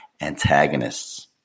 antagonists